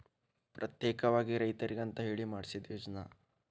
ಪ್ರತ್ಯೇಕವಾಗಿ ರೈತರಿಗಂತ ಹೇಳಿ ಮಾಡ್ಸಿದ ಯೋಜ್ನಾ